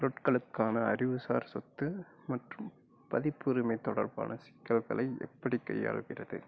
பொருட்களுக்கான அறிவுசார் சொத்து மற்றும் பதிப்பு உரிமை தொடர்பான சிக்கல்களை எப்படி கையாள்கிறது